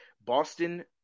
Boston